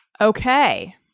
Okay